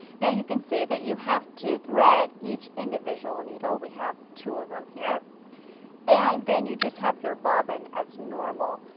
now you can see that you have to thread each individual needle, we have two of them here and then you just have your bobbing as normal.